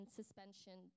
suspension